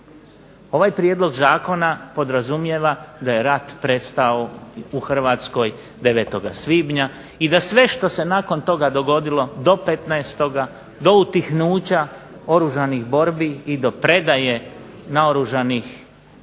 Ovaj prijedlog zakona podrazumijeva da je rat prestao u Hrvatskoj 9. svibnja i da sve što se nakon toga dogodilo do 15., do utihnuća oružanih borbi i do predaje naoružanih vojski,